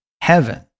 heaven